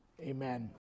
Amen